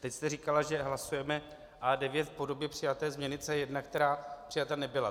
Teď jste říkala, že hlasujeme A9 v podobě přijaté změny C1, která přijata nebyla.